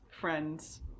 friend's